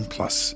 Plus